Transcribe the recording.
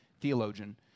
theologian